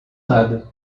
nada